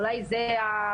אולי זה הבירוקרטיה,